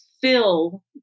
fill